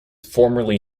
formerly